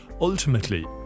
Ultimately